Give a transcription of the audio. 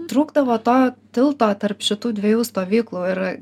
trūkdavo to tilto tarp šitų dviejų stovyklų ir